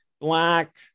black